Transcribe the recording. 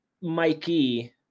Mikey